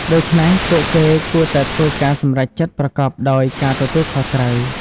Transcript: ដូច្នេះពួកគេគួរតែធ្វើការសម្រេចចិត្តប្រកបដោយការទទួលខុសត្រូវ។